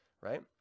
right